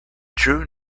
true